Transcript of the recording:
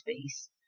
space